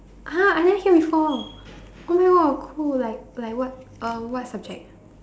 !huh! I never hear before !woah! cool like like what uh what subject